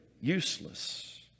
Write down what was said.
useless